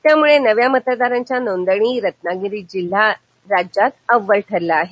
त्यामुळे नव्या मतदारांच्या नोंदणी रत्नागिरी जिल्हा राज्यात अव्वल ठरला आहे